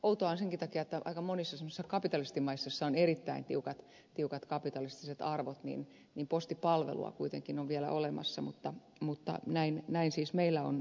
outoa on senkin takia että aika monissa semmoisissa kapitalistimaissa joissa on erittäin tiukat kapitalistiset arvot postipalvelua on kuitenkin vielä olemassa mutta näin siis meillä on nyt suunnitelma